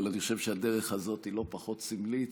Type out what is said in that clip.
אבל אני חושב שהדרך הזאת לא פחות סמלית.